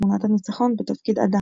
"תמונת הניצחון" בתפקיד עדה.